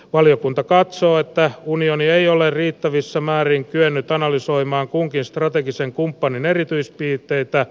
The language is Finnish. valiokunta katsoo että unioni ei ole riittävissä määrin kyennyt analysoimaan kunkin strategisen kumppanin erityispiirteitä